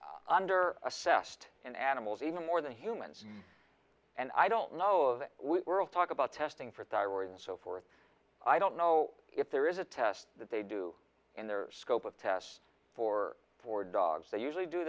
so under assessed in animals even more than humans and i don't know if we will talk about testing for thyroid and so forth i don't know if there is a test that they do in their scope of test for for dogs they usually do